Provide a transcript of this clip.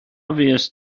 fuest